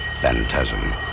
Phantasm